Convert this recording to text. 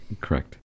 Correct